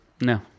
No